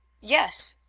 yes.